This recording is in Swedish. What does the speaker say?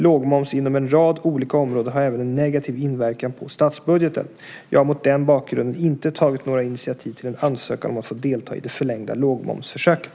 Lågmoms inom en rad olika områden har även en negativ inverkan på statsbudgeten. Jag har mot den bakgrunden inte tagit några initiativ till en ansökan om att få delta i det förlängda lågmomsförsöket.